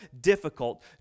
difficult